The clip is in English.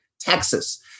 Texas